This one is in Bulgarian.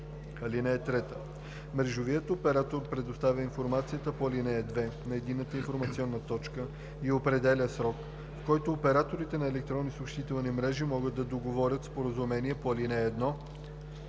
(3) Мрежовият оператор предоставя информацията по ал. 2 на Единната информационна точка и определя срок, в който операторите на електронни съобщителни мрежи могат да договарят споразумение по ал. 1.